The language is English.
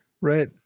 right